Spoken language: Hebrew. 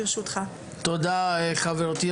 תודה רבה חברתי,